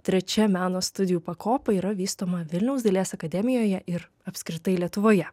trečia meno studijų pakopa yra vystoma vilniaus dailės akademijoje ir apskritai lietuvoje